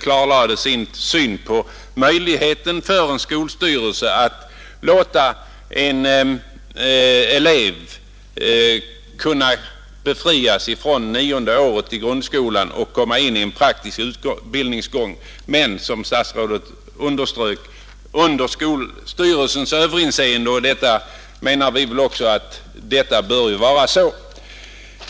klargjorde då sin syn på möjligheten för en skolstyrelse att låta en elev befrias från nionde året i grundskolan och komma in i praktisk utbildningsgång men — som statsrådet underströk — under skolstyrelsens överinseende. Jag menar också att det bör vara så.